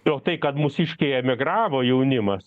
o tai kad mūsiškiai emigravo jaunimas